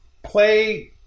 Play